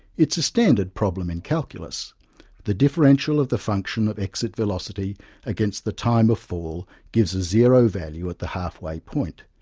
it's a standard problem in calculus the differential of the function of exit velocity against the time of fall gives a zero value at the half way point,